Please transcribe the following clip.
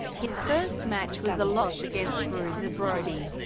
his first match was a loss against bruiser brody.